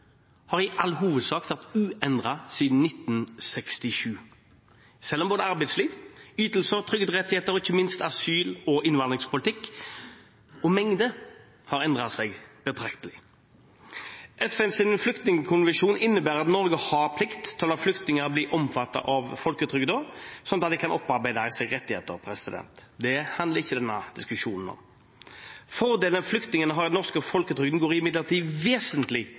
har i all hovedsak vært uendret siden 1967, selv om både arbeidsliv, ytelser, trygderettigheter og ikke minst asyl- og innvandringspolitikk og -mengde har endret seg betraktelig. FNs flyktningkonvensjon innebærer at Norge har plikt til å la flyktninger bli omfattet av folketrygden, slik at de kan opparbeide seg rettigheter. Det handler ikke denne diskusjonen om. Fordelene flyktningene har i den norske folketrygden, går imidlertid vesentlig